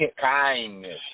kindness